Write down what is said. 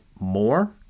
more